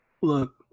Look